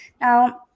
now